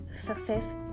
success